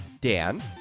Dan